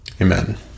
Amen